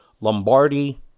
Lombardi